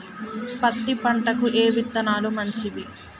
పత్తి పంటకి ఏ విత్తనాలు మంచివి?